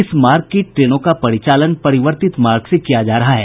इस मार्ग की ट्रेनों का परिचालन परिवर्तित मार्ग से किया जा रहा है